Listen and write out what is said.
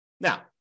Now